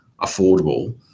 affordable